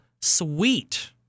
sweet